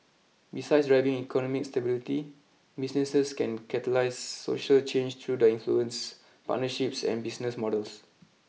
besides driving economic stability businesses can catalyse social change through their influence partnerships and business models